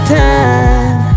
time